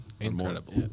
Incredible